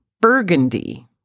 Burgundy